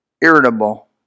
irritable